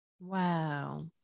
Wow